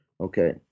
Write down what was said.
Okay